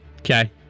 Okay